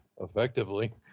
Effectively